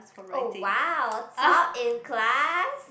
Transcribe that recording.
oh !wow! top in class